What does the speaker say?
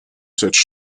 such